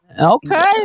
Okay